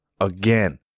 Again